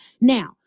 Now